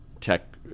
tech –